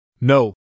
No